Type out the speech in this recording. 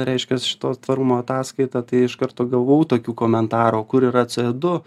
reiškias šito tvarumo ataskaita tai iš karto gavau tokių komentarų o kur yra co du